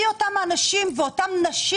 מי אותם האנשים, ובמיוחד אותן נשים